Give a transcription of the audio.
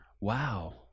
Wow